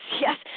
Yes